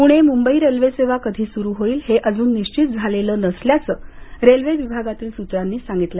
प्रणे मुंबई रेल्वेसेवा कधी स्रु होईल हे अजून निश्चित झालेलं नसल्याचं रेल्वे विभागातील सूत्रांनी सांगितलं